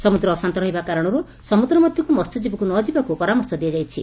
ସମୁଦ୍ର ଅଶାନ୍ତ ରହିବା କାରଣରୁ ସମୁଦ୍ର ମଧ୍ଧକୁ ମହ୍ୟଜୀବୀଙ୍କୁ ନ ଯିବାକୁ ପରାମର୍ଶ ଦିଆଯାଇଛି